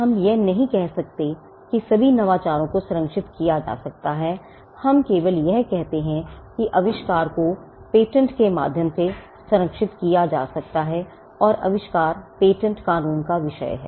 हम यह नहीं कहते हैं कि सभी नवाचारों को संरक्षित किया जा सकता है हम केवल यह कहते हैं कि आविष्कार को पेटेंट के माध्यम से संरक्षित किया जा सकता है और आविष्कार पेटेंट कानून का विषय है